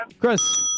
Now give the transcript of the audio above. Chris